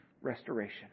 restoration